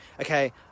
Okay